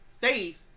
faith